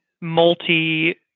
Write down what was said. multi